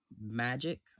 magic